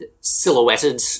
silhouetted